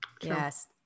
Yes